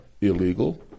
illegal